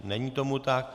Není tomu tak.